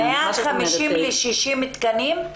בין 50 ל-60 תקנים?